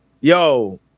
yo